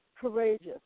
courageous